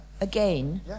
again